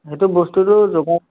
সেইটো বস্তুটো যোগাৰ